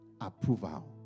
approval